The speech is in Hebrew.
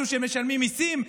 אלו שמשלמים מיסים,